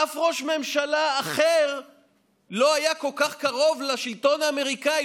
אף ראש ממשלה אחר לא היה כל כך קרוב לשלטון האמריקני,